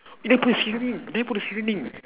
you never put the seasoning you never put the seasoning